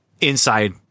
inside